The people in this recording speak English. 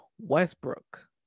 Westbrook